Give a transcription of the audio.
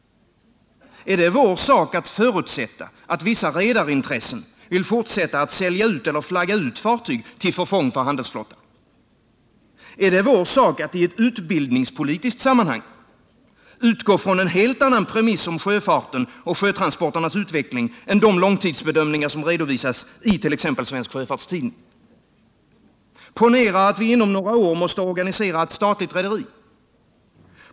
Är det vår sak att förutsätta att vissa redarintressen vill fortsätta att sälja ut eller flagga ut fartyg till förfång för handelsflottan? Är det vår sak att i ett utbildningspolitiskt sammanhang utgå ifrån en helt annan premiss om sjöfarten och sjötransporternas utveckling än de långsiktiga bedömningar som redovisas i t.ex. Svensk Sjöfarts Tidning? Ponera att vi inom några år måste organisera ett statligt rederi.